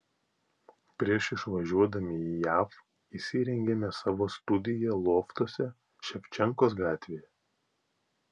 prieš išvažiuodami į jav įsirengėme savo studiją loftuose ševčenkos gatvėje